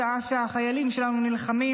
בשעה שהחיילים שלנו נלחמים,